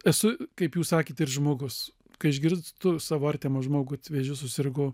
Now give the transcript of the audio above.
esu kaip jūs sakėt ir žmogus kai išgirstu savo artimą žmogų kad vėžiu susirgo